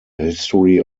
history